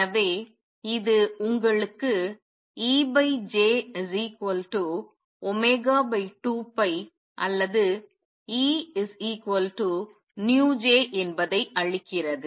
எனவே இது உங்களுக்கு EJ2π அல்லது EνJ என்பதை அளிக்கிறது